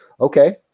Okay